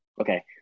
Okay